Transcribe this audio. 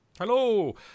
Hello